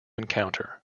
encounter